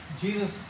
Jesus